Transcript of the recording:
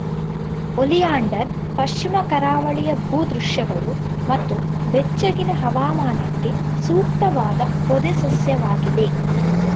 oleander ಪಶ್ಚಿಮ ಕರಾವಳಿಯ ಭೂ ದೃಶ್ಯಗಳು ಮತ್ತು ಬೆಚ್ಚಗಿನ ಹವಾಮಾನಕ್ಕೆ ಸೂಕ್ತವಾದ ಪೊದೆ ಸಸ್ಯವಾಗಿದೆ